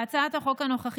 בהצעת החוק הנוכחית,